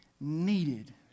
needed